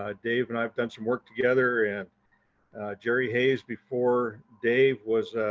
ah dave and i've done some work together and jerry hayes before dave was,